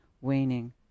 waning